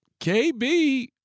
KB